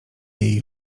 jej